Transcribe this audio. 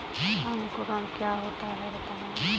अंकुरण क्या होता है बताएँ?